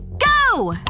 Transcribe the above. go!